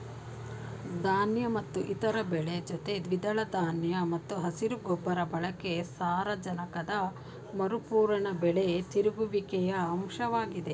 ಧಾನ್ಯ ಮತ್ತು ಇತರ ಬೆಳೆ ಜೊತೆ ದ್ವಿದಳ ಧಾನ್ಯ ಮತ್ತು ಹಸಿರು ಗೊಬ್ಬರ ಬಳಕೆ ಸಾರಜನಕದ ಮರುಪೂರಣ ಬೆಳೆ ತಿರುಗುವಿಕೆಯ ಅಂಶವಾಗಿದೆ